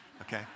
Okay